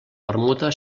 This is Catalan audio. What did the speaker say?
permuta